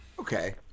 Okay